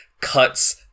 cuts